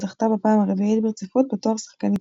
זכתה בפעם הרביעית ברציפות בתואר "שחקנית